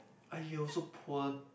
ah yoh so poor